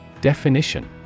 Definition